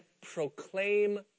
proclaim